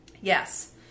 Yes